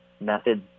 methods